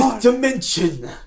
Dimension